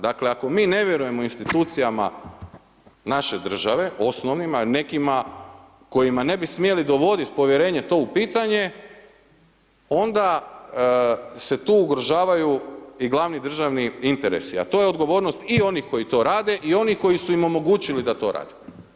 Dakle ako mi ne vjerujemo institucijama naše države, osnovnima jer nekima kojima ne bi smjeli dovoditi povjerenje to u pitanje onda se tu ugrožavaju i glavni državni interesi a to je odgovornost i onih koji to rade i onih koji su im omogućili da to rade.